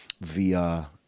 via